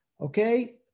okay